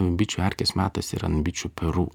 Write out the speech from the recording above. bičių erkės metasi ir ant bičių perų